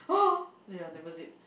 oh yeah never zip